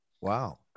Wow